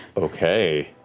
okay.